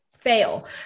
fail